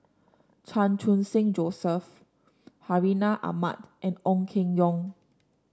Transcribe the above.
Chan Khun Sing Joseph Hartinah Ahmad and Ong Keng Yong